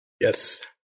Yes